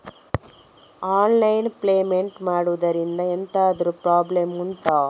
online payment ಮಾಡುದ್ರಿಂದ ಎಂತಾದ್ರೂ problem ಉಂಟಾ